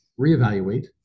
reevaluate